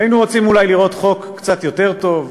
היינו רוצים אולי לראות חוק קצת יותר טוב,